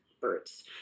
birds